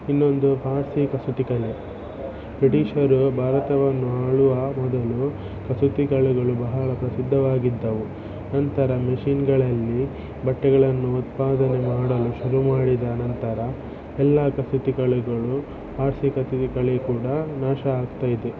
ಇನ್ನೊಂದು ಪಾರ್ಸಿ ಕಸೂತಿ ಕಲೆ ಬ್ರಿಟಿಷರು ಭಾರತವನ್ನು ಆಳುವ ಮೊದಲು ಕಸೂತಿ ಕಲೆಗಳು ಬಹಳ ಪ್ರಸಿದ್ಧವಾಗಿದ್ದವು ನಂತರ ಮೆಷಿನ್ಗಳಲ್ಲಿ ಬಟ್ಟೆಗಳನ್ನು ಉತ್ಪಾದನೆ ಮಾಡಲು ಶುರು ಮಾಡಿದ ನಂತರ ಎಲ್ಲ ಕಸೂತಿ ಕಲೆಗಳು ಪಾರ್ಸಿ ಕಸೂತಿ ಕಲೆ ಕೂಡ ನಾಶ ಆಗ್ತಾಯಿದೆ